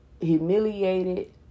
Humiliated